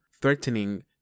threatening